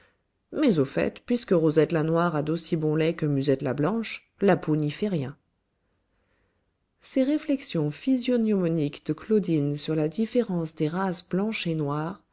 mais au fait puisque rosette la noire a d'aussi bon lait que musette la blanche la peau n'y fait rien ces réflexions physiognomoniques de claudine sur la différence des races blanche et noire